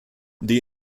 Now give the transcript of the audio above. die